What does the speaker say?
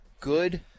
good